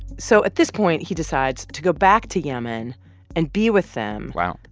so at this point, he decides to go back to yemen and be with them. wow.